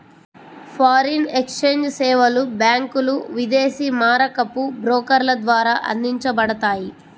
foreign exchange సేవలు బ్యాంకులు, విదేశీ మారకపు బ్రోకర్ల ద్వారా అందించబడతాయి